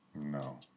No